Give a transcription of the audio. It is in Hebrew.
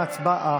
ההסתייגות (7)